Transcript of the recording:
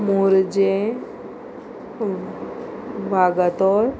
Morjim Vagator